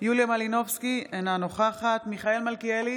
יוליה מלינובסקי, אינה נוכחת מיכאל מלכיאלי,